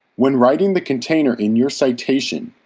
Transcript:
when writing the container in your citation,